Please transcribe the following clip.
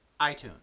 iTunes